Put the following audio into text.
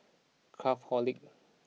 Craftholic